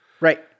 Right